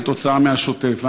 כתוצאה מהשוטף.